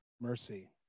mercy